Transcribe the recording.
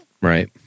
Right